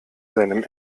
seinem